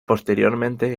posteriormente